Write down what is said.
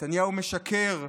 נתניהו משקר,